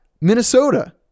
Minnesota